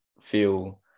feel